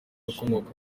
ukomoka